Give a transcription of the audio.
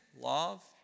love